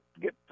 get